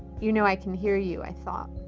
you know i can hear you, i thought.